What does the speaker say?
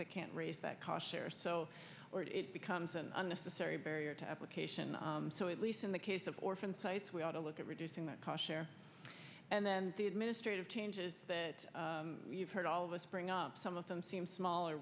they can't raise that cost or so it becomes an unnecessary barrier to application so at least in the case of orphan sites we ought to look at reducing that cochere and then the administrative changes that you've heard all of us bring up some of them seem small